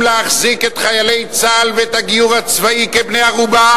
להחזיק את חיילי צה"ל ואת הגיור הצבאי כבני-ערובה,